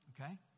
Okay